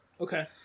Okay